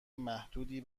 محدودی